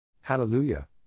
Hallelujah